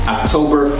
October